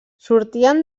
sortien